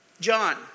John